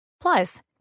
Plus